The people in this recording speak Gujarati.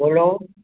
બોલો